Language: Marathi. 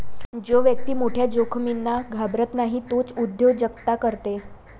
जो व्यक्ती मोठ्या जोखमींना घाबरत नाही तोच उद्योजकता करते